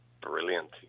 brilliant